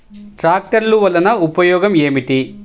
ట్రాక్టర్లు వల్లన ఉపయోగం ఏమిటీ?